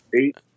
Eight